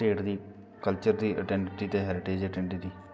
heritage culture ते heritage identity